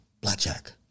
Blackjack